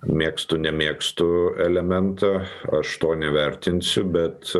mėgstu nemėgstu elementą aš to nevertinsiu bet